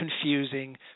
confusing